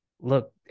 look